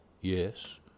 Yes